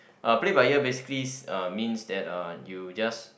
uh play by ear basically uh means that uh you just